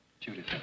Judith